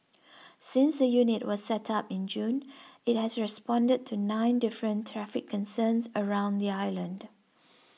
since the unit was set up in June it has responded to nine different traffic concerns around the island